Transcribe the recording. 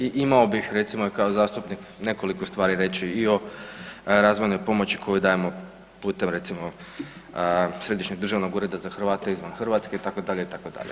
I imao bih recimo i kao zastupnik nekoliko stvari reći i o razvojnoj pomoći koju dajemo putem recimo Središnjeg državnog ureda za Hrvate izvan Hrvatske itd. itd.